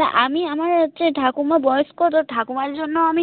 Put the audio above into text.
না আমি আমার হচ্ছে ঠাকুমা বয়স্ক তো ঠাকুমার জন্য আমি